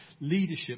leadership